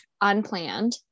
unplanned